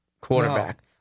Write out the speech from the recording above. quarterback